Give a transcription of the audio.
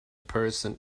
person